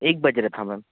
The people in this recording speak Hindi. एक बज रहा था मैम